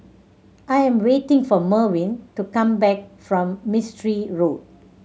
I am waiting for Merwin to come back from Mistri Road